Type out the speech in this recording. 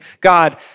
God